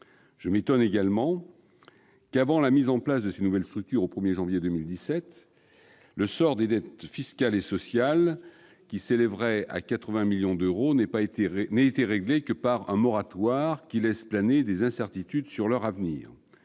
Je m'étonne également que, avant la mise en place de ces nouvelles structures au 1 janvier 2017, le sort des dettes fiscales et sociales, lesquelles s'élèveraient à 80 millions d'euros, n'ait été réglé que par un moratoire laissant planer des incertitudes sur leur avenir.